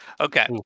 Okay